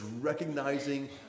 recognizing